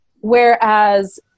Whereas